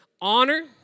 Honor